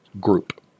Group